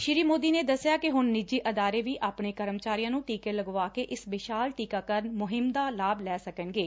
ਸ੍ਰੀ ਮੋਦੀ ਨੇ ਦੱਸਿਆ ਕਿ ਹੁਣ ਨਿਜੀ ਅਦਾਰੇ ਵੀ ਆਪਣੇ ਕਰਮਚਾਰੀਆ ਨੂੰ ਟੀਕੇ ਲਗਵਾ ਕੇ ਇਸ ਵਿਸ਼ਾਲ ਟੀਕਾਕਰਨ ਮੁਹਿੰਮ ਦਾ ਲਾਭ ਲੈ ਸਕਣਗੇ